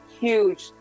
huge